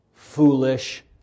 Foolish